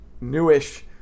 newish